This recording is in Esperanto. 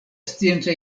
scienca